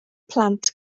plant